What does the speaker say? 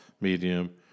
medium